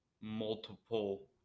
multiple